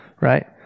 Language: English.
Right